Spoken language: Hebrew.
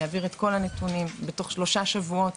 יעביר את כל הנתונים בתוך שלושה שבועות